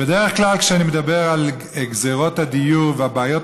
בדרך כלל כשאני מדבר על גזרות הדיור והבעיות